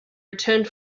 returned